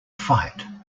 fight